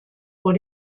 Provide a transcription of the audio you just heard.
vor